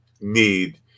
need